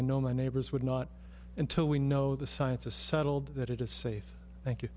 i know my neighbors would not until we know the science is settled that it is safe thank you